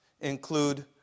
include